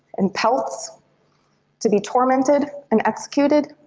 and pelts to be tormented and executed.